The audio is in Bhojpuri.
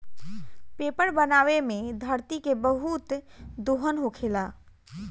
पेपर बनावे मे धरती के बहुत दोहन होखेला